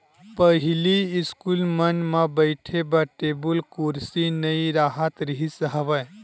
पहिली इस्कूल मन म बइठे बर टेबुल कुरसी नइ राहत रिहिस हवय